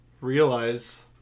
Realize